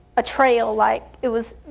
a trail. like it was